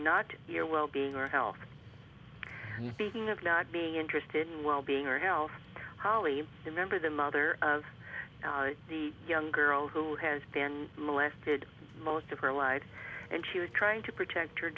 not your wellbeing or health beaking of not being interested in wellbeing or health holly remember the mother of the young girl who has been molested most of her life and she was trying to protect her